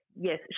Yes